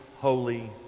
holy